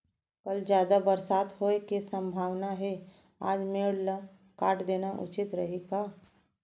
कल जादा बरसात होये के सम्भावना हे, आज मेड़ ल काट देना उचित रही का?